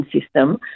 system